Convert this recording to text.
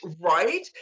right